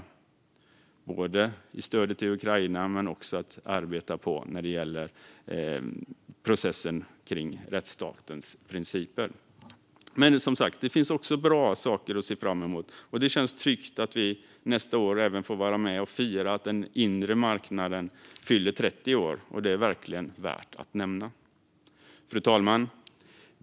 Det gäller både stödet till Ukraina och att arbeta på processen om rättsstatens principer. Men det finns också bra saker att se fram emot. Det känns tryggt att vi nästa år även får vara med och fira att den inre marknaden fyller 30 år. Det är verkligen värt att nämna. Fru talman!